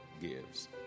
gives